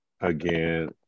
again